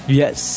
yes